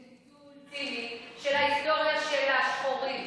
זה ניצול ציני של ההיסטוריה של השחורים.